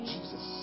Jesus